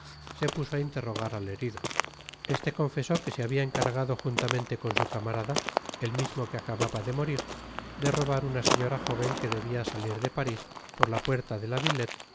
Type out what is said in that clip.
se puso á interrogar al herido este confesó que se habia encargado juntamente con su camarada el mismo que acababa de morir de robar una señora jóven que debia salir de paris por la puerta de la